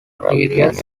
periods